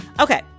Okay